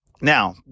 Now